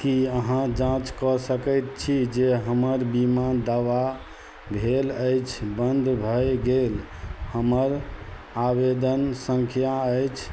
की अहाँ जाँच कऽ सकैत छी जे हमर बीमा दावा भेल अछि बन्द भऽ गेल हमर आवेदन सङ्ख्या अछि